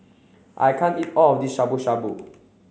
I can't eat all of this Shabu Shabu